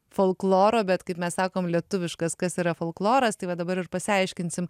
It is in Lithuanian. folkloro bet kaip mes sakom lietuviškas kas yra folkloras tai va dabar ir pasiaiškinsim